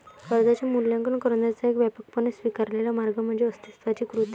कर्जाचे मूल्यांकन करण्याचा एक व्यापकपणे स्वीकारलेला मार्ग म्हणजे अस्तित्वाची कृती